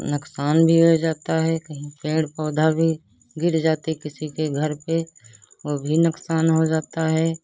नुकसान भी हो जाता है पेड़ पौधे भी गिर जाते किसी के घर पर वह भी नुकसान हो जाता है